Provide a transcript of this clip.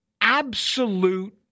absolute